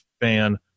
fan